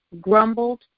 grumbled